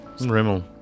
Rimmel